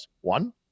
one